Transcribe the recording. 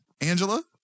Angela